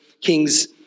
kings